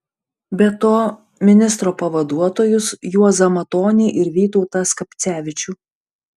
be to ministro pavaduotojus juozą matonį ir vytautą skapcevičių